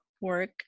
work